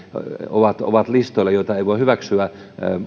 ovat ovat listoilla joita ei voi hyväksyä